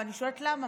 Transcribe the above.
ואני שואלת: למה?